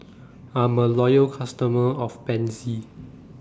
I'm A Loyal customer of Pansy